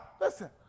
listen